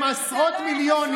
עכשיו אני מגיב.